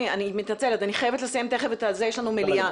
אני חייבת לסיים תכף את הדיון כי יש לנו מליאה